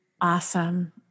Awesome